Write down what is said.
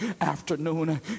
afternoon